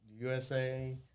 USA